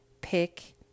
pick